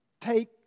take